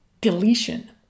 deletion